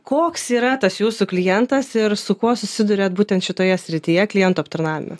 koks yra tas jūsų klientas ir su kuo susiduriat būtent šitoje srityje klientų aptarnavime